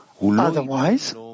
Otherwise